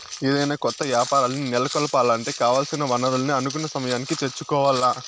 ఏదైనా కొత్త యాపారాల్ని నెలకొలపాలంటే కావాల్సిన వనరుల్ని అనుకున్న సమయానికి తెచ్చుకోవాల్ల